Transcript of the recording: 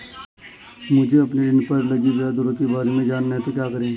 मुझे अपने ऋण पर लगी ब्याज दरों के बारे में जानना है तो क्या करें?